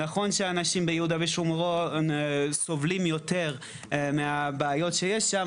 נכון שהאנשים ביהודה ושומרון סובלים יותר מהבעיות שיש שם,